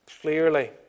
Clearly